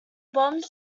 bombs